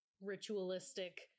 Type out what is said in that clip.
ritualistic